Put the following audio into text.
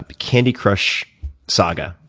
but candy crush saga.